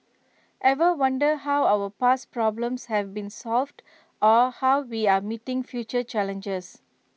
ever wonder how our past problems have been solved or how we are meeting future challenges